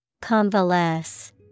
Convalesce